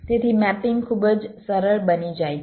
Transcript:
તેથી મેપિંગ ખૂબ જ સરળ બની જાય છે